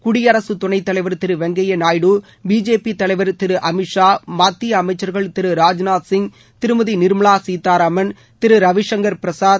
குடியரசுத் துணை தலைவர் திரு வெங்கப்யா நாயுடு பிஜேபி தலைவர் திரு அமித்ஷா மத்திய அமைச்சர்கள் திரு ராஜ்நாத்சிங் திருமதி நிர்மவா சீதாராமன் திரு ரவிசங்கர் பிரசாத்